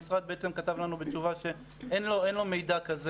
המשרד כתב לנו בתשובה שאין לו מידע כזה